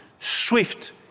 Swift